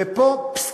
ופה, פססט,